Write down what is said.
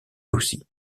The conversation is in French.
aussi